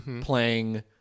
playing